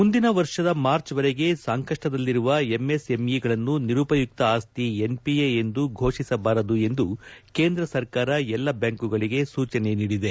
ಮುಂದಿನ ವರ್ಷ ಮಾರ್ಚ್ವರೆಗೆ ಸಂಕಪ್ಪದಲ್ಲಿರುವ ಎಂಎಸ್ಎಂಇ ಗಳನ್ನು ನಿರುಪಯುಕ್ತ ಆಸ್ತಿ ಎನ್ಪಿಎ ಎಂದು ಘೋಷಿಸಬಾರದು ಎಂದು ಕೇಂದ್ರ ಸರ್ಕಾರ ಎಲ್ಲ ಬ್ಯಾಂಕುಗಳಿಗೆ ಸೂಚನೆ ನೀಡಿದೆ